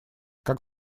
как